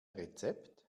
rezept